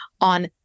on